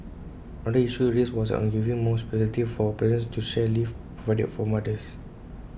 another issue raised was on giving more flexibility for parents to share leave provided for mothers